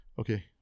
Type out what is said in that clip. okay